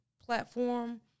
platform